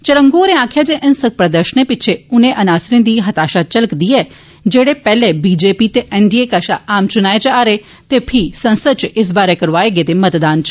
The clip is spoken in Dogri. चरंगू होरें आक्खेआ जे हिंसक प्रदर्शने पिच्छें उनें अनासिरें दी हताशा झलकदी ऐ जेड़े पैहलें B J P N D A कश आम चुनाएं च हारे ते फी संसद च इस बारे करौआए गेदे मतदान च